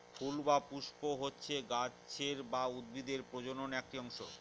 ফুল বা পুস্প হচ্ছে গাছের বা উদ্ভিদের প্রজনন একটি অংশ